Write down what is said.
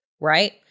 right